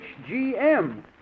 HGM